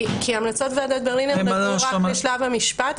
כי הן המלצות ועדת ברלינר נגעו רק לשלב המשפט,